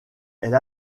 elle